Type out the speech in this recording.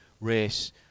race